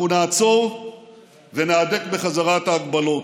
אנחנו נעצור ונהדק בחזרה את ההגבלות.